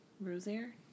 Rosier